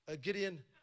Gideon